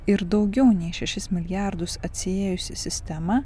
ir daugiau nei šešis milijardus atsiėjusi sistema